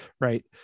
right